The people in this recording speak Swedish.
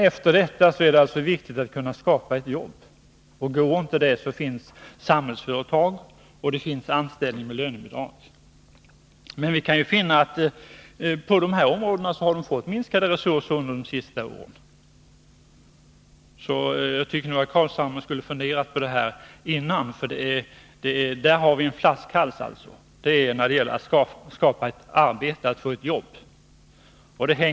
Efter rehabilitering är det viktigt att man kan bereda de handikappade jobb. Går inte det, finns samhällsföretag och anställning med lönebidrag att tillgå. Men vi kan konstatera att man på det här området har fått minskade resurser under de senaste åren. Jag tycker att Nils Carlshamre skulle fundera på det. Vi har nämligen en flaskhals när det gäller att skapa sysselsättning, att bereda de handikappade jobb.